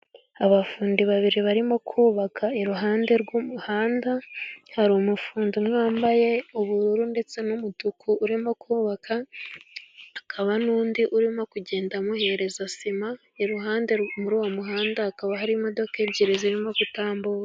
Abafundi babiri barimo kubaka iruhande rw' umuhanda, hari umufundi umwe wambaye ubururu ndetse n' umutuku urimo kubaka, hakaba n' undi urimo kugenda amuhereza sima, iruhande muri uwo muhanda hakaba hari, imodoka ebyiri zirimo gutambuka.